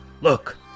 look